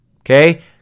Okay